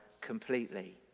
completely